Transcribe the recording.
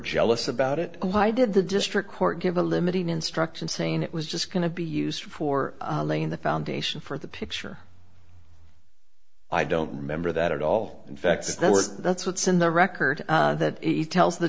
jealous about it why did the district court give a limited instruction saying it was just going to be used for laying the foundation for the picture i don't remember that at all in fact that's what's in the record that tells the